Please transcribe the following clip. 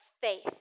faith